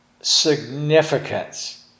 significance